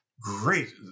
great